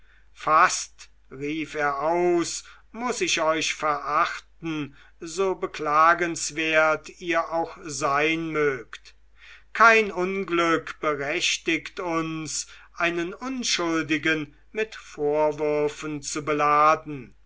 fast rief er aus muß ich euch verachten so beklagenswert ihr auch sein mögt kein unglück berechtigt uns einen unschuldigen mit vorwürfen zu beladen